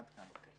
עד כאן.